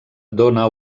dóna